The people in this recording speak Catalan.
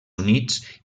units